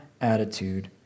attitude